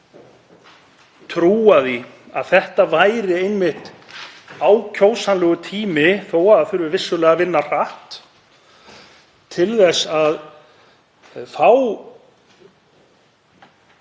trúað því að þetta væri einmitt ákjósanlegur tími, þó að það þurfi vissulega að vinna hratt, til þess að fá